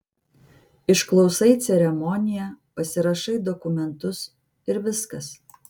išklausai ceremoniją pasirašai dokumentus ir viskas